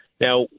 Now